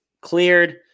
Cleared